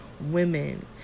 women